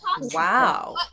Wow